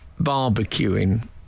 barbecuing